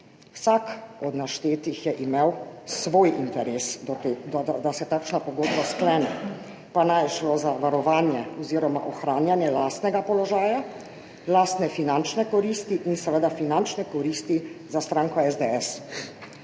Vsak od naštetih je imel svoj interes, da se takšna pogodba sklene, pa naj je šlo za varovanje oziroma ohranjanje lastnega položaja, lastne finančne koristi ali seveda finančne koristi za stranko SDS.